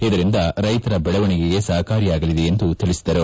ಇದರಿಂದ ರೈತರ ಬೆಳವಣಿಗೆಗೆ ಸಹಕಾರಿಯಾಗಲಿದೆ ಎಂದು ತಿಳಿಸಿದರು